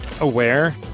aware